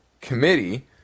committee